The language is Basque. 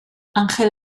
angel